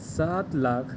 سات لاکھ